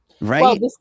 Right